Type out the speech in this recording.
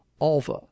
alva